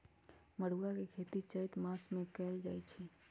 मरुआ के खेती चैत मासमे कएल जाए छै